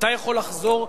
אתה יכול לחזור,